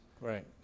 Right